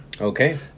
Okay